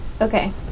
Okay